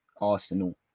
Arsenal